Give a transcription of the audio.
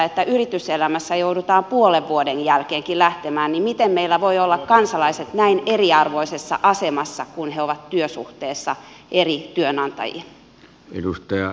kun yrityselämässä joudutaan puolenkin vuoden jälkeen lähtemään niin miten meillä voivat olla kansalaiset näin eriarvoisessa asemassa kun he ovat työsuhteessa eri työnantajiin